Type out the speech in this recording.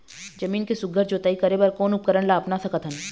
जमीन के सुघ्घर जोताई करे बर कोन उपकरण ला अपना सकथन?